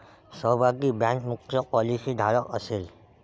सहभागी बँक मुख्य पॉलिसीधारक असेल